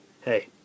hey